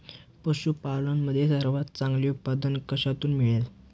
पशूपालन मध्ये सर्वात चांगले उत्पादन कशातून मिळते?